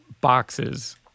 boxes